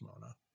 mona